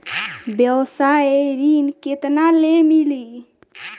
व्यवसाय ऋण केतना ले मिली?